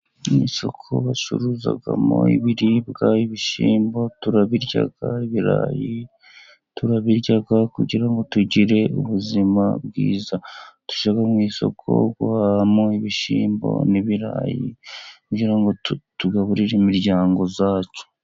Ni isoko bacuruzamo ibiribwa. Ibishyimbo turabirya, ibirayi turabirya kugira ngo tugire ubuzima bwiza. Tujya mu isoko guhahamo ibishyimbo n'ibirayi kugira ngo tugaburire imiryango yacu.